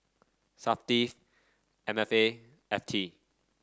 Safti M F A F T